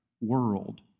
world